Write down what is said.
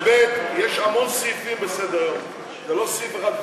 ושנית, יש המון סעיפים בסדר-היום, זה לא סעיף אחד.